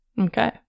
Okay